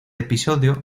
episodio